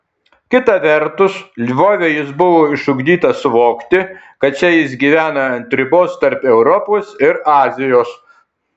kita vertus lvove jis buvo išugdytas suvokti kad čia jis gyvena ant ribos tarp europos ir azijos